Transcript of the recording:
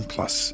Plus